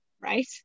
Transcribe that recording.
right